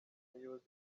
umuyobozi